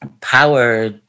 power